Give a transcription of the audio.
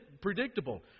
predictable